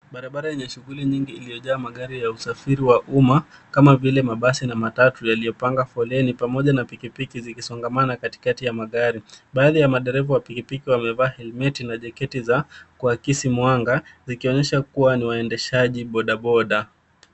Barabara yenye shughuli nyingi iliyojaa magari ya usafiri wa umma kama vile mabasi na matatu yaliyopanga foleni pamoja na pikipiki zikisongamana katikati ya magari. Baadhi ya madereva wa pikipiki wamevaa helmeti na jaketi za kuakisi mwanga zikionyesha kuwa ni waendeshaji bodaboda.